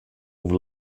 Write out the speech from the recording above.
and